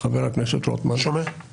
חבר הכנסת רוטמן, היא